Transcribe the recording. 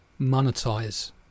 monetize